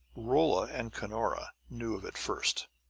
rolla and cunora knew of it first.